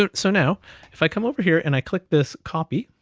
ah so now if i come over here, and i click this copy